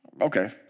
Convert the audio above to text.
Okay